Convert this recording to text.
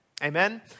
Amen